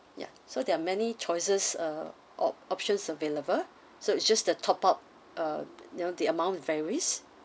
yeah so there are many choices uh or options available so it's just the top up uh you know the amount varies